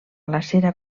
glacera